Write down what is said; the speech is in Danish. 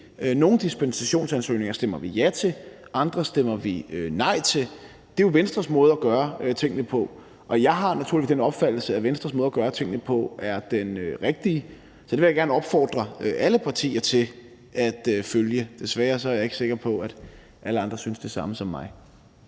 Nogle dispensationsansøgninger stemmer vi ja til, andre stemmer vi nej til. Det er jo Venstres måde at gøre tingene på. Og jeg har naturligvis den opfattelse, at Venstres måde at gøre tingene på er den rigtige. Den vil jeg gerne opfordre alle partier til at følge; desværre er jeg ikke sikker på, at alle andre synes det samme som mig.